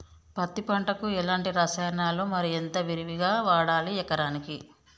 పత్తి పంటకు ఎలాంటి రసాయనాలు మరి ఎంత విరివిగా వాడాలి ఎకరాకి?